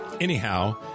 anyhow